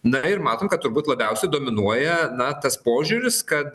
na ir matom kad turbūt labiausiai dominuoja na tas požiūris kad